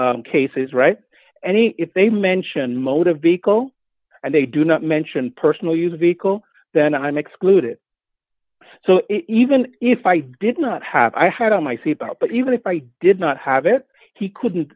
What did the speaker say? cases right any if they mention motor vehicle and they do not mention personal use vehicle then i am excluded so even if i did not have my head on my seatbelt but even if i did not have it he couldn't